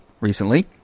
recently